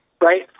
right